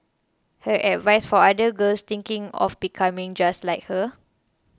her advice for other girls thinking of becoming just like her